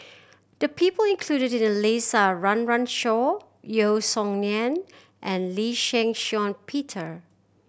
the people included in the list are Run Run Shaw Yeo Song Nian and Lee Shih Shiong Peter